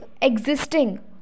existing